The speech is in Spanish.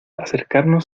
acercarnos